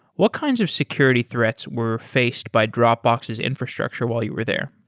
what kinds of security threats were faced by dropbox's infrastructure while you were there?